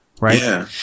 Right